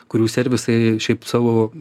kurių servisai šiaip savo